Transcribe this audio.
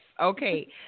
Okay